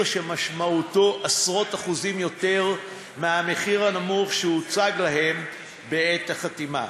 שמשמעותו עשרות אחוזים יותר מהמחיר הנמוך שהוצג להם בעת החתימה.